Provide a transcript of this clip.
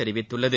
தெரிவித்துள்ளது